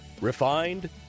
Refined